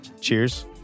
Cheers